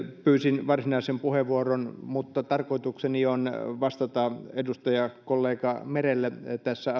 pyysin varsinaisen puheenvuoron mutta tarkoitukseni on vastata edustajakollega merelle tässä